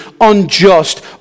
unjust